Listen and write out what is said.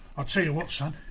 i'll tell you what, son,